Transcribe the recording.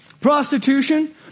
Prostitution